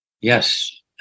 Yes